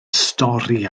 stori